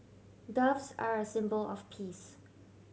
doves are a symbol of peace